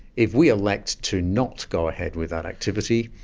if we elect to not go ahead with that activity,